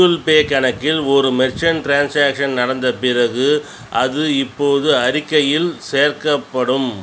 Google Pay கணக்கில் ஒரு merchant transaction நடந்த பிறகு அது இப்போது அறிக்கையில் சேர்க்கப்படும்